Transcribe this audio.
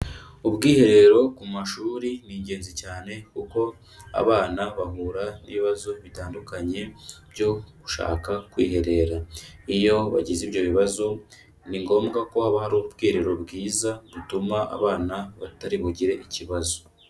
Ubwiherero ku mashuri ni ingenzi cyane kuko abana bahura n'ibibazo bitandukanye byo gushaka kwiherera. Iyo bagize ibyo bibazo ni ngombwa ko haba hari ubwiherero bwiza butuma abana batari bugire ikibazo.